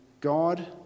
God